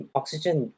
oxygen